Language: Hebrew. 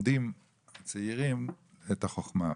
כך הצעירים לומדים את החוכמה.